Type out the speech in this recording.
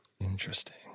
Interesting